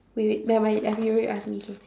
wait wait never mind I've already asked me okay